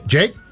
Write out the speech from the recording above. Jake